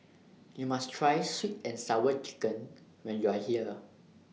YOU must Try Sweet and Sour Chicken when YOU Are here